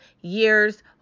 years